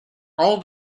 all